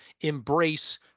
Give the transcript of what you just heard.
embrace